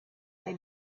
they